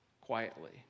quietly